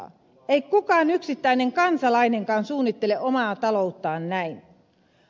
ei kukaan yksittäinen kansalainenkaan suunnittele omaa talouttaan näin